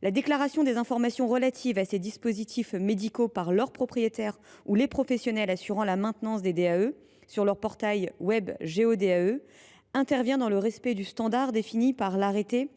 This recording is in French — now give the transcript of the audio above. La déclaration des informations relatives à ces dispositifs médicaux par leurs propriétaires ou par les professionnels assurant la maintenance des DAE sur le portail Géo’DAE intervient dans le respect du standard défini par l’arrêté